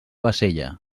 bassella